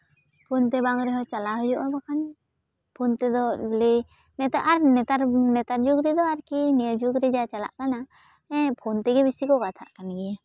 phone ᱛᱮ ᱵᱟᱝ ᱨᱮᱦᱚᱸ ᱪᱟᱞᱟᱜ ᱦᱩᱭᱩᱜᱼᱟ ᱵᱟᱠᱷᱟᱱ ᱯᱷᱳᱱ ᱛᱮᱫᱚ ᱞᱟᱹᱭ ᱱᱮᱛᱟᱨ ᱟᱨ ᱱᱮᱛᱟᱨ ᱡᱩᱜᱽ ᱨᱮᱫᱚ ᱟᱨᱠᱤ ᱱᱤᱭᱟᱹ ᱡᱩᱜᱽ ᱨᱮ ᱡᱟ ᱪᱟᱞᱟᱜ ᱠᱟᱱᱟ ᱦᱮᱸ ᱯᱷᱳᱱ ᱛᱮᱜᱮ ᱵᱮᱥᱤ ᱠᱚ ᱠᱟᱛᱷᱟᱜ ᱠᱟᱱ ᱜᱮᱭᱟ